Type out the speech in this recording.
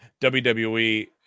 WWE